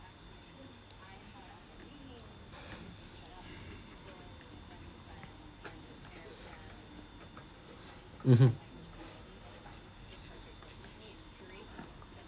mmhmm